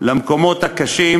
למקומות הקשים,